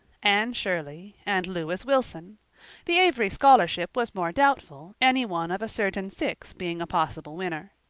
anne shirley, and lewis wilson the avery scholarship was more doubtful, any one of a certain six being a possible winner.